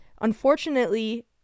unfortunately